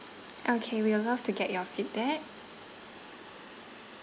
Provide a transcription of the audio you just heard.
okay we would love to get your feedback